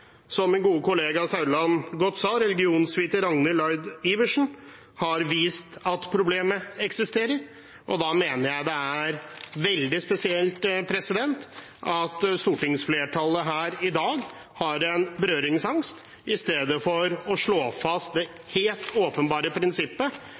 som min gode kollega Meininger Saudland sa så godt: Religionsviter Ragnhild Laird Iversen har vist at problemet eksisterer. Da mener jeg det er veldig spesielt at stortingsflertallet her i dag har en berøringsangst istedenfor å slå fast